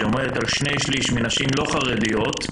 שעומדת על 2/3 מנשים לא חרדיות,